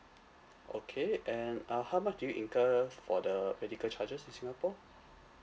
okay and uh how much do you incur f~ for the medical charges in singapore